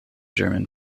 german